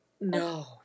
No